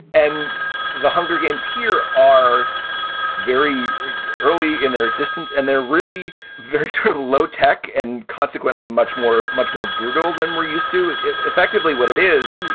and the hunger games here are very yeah early in their existence, and they're really very low tech and consequently much more much more brutal than we're used to it. effectively, what it is,